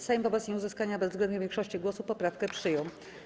Sejm wobec nieuzyskania bezwzględnej większości głosów poprawkę przyjął.